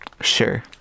sure